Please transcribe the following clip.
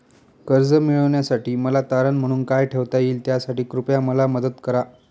कर्ज मिळविण्यासाठी मला तारण म्हणून काय ठेवता येईल त्यासाठी कृपया मला मदत करा